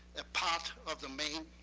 a part of the main.